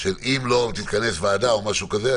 של אם לא תתכנס ועדה או משהו כזה.